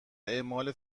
اعمال